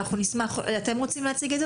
מי רוצה להציג?